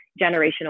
generational